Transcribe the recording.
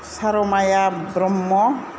Sarmaya Brahma